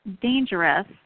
dangerous